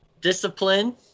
Discipline